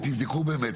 ותבדקו באמת,